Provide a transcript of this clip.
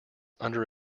under